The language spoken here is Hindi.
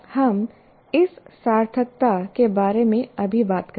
हम इस सार्थकता के बारे में अभी बात करेंगे